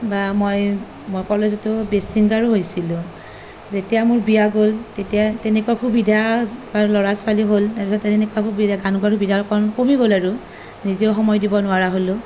বা মই মই কলেজতো বেষ্ট ছিংগাৰো হৈছিলোঁ যেতিয়া মোৰ বিয়া গ'ল তেতিয়া তেনেকুৱা সুবিধা বা ল'ৰা ছোৱালী হ'ল তাৰপিছত তেনেকুৱা সুবিধা গান গোৱাৰ সুবিধাকণ কমি গ'ল আৰু নিজেও সময় দিব নোৱাৰা হ'লোঁ